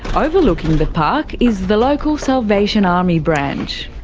overlooking the park is the local salvation army branch.